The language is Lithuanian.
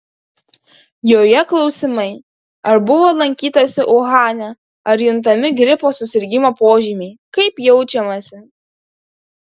joje klausimai ar buvo lankytasi uhane ar juntami gripo susirgimo požymiai kaip jaučiamasi